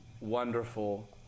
wonderful